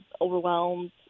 overwhelmed